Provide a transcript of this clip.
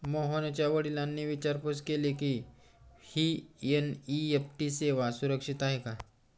मोहनच्या वडिलांनी विचारपूस केली की, ही एन.ई.एफ.टी सेवा सुरक्षित आहे का?